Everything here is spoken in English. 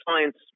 science